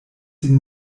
sin